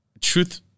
truth